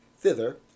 Thither